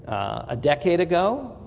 a decade ago.